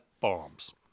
bombs